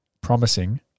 promising